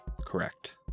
Correct